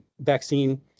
vaccine